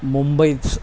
मुंबईच